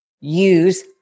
use